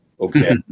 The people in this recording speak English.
okay